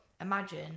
imagine